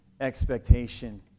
expectation